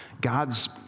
God's